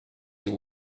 you